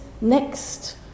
next